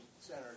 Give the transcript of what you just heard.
center